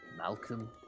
Malcolm